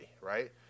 right